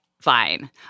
fine